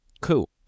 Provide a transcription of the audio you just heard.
cool